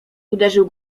uderzył